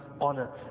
honor